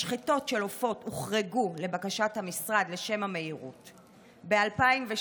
משחטות של עופות הוחרגו לבקשת המשרד לשם המהירות ב-2016.